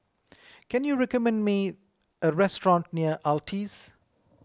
can you recommend me a restaurant near Altez